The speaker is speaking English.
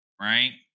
right